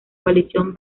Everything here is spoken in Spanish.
coalición